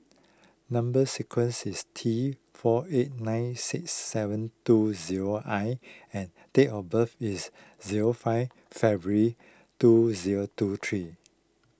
Number Sequence is T four eight nine six seven two zero I and date of birth is zero five February two zero two three